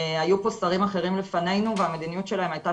היו פה שרים אחרים לפנינו והמדיניות שלהקהייתה